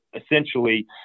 essentially